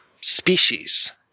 species